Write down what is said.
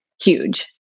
huge